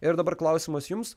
ir dabar klausimas jums